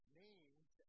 names